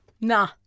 nah